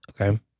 Okay